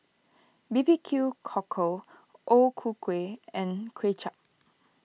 B B Q Cockle O Ku Kueh and Kuay Chap